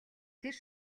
тэр